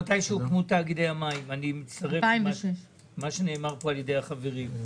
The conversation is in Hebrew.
אני מצטרף למה שנאמר פה על ידי החברים.